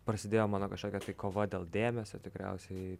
prasidėjo mano kažkokia kova dėl dėmesio tikriausiai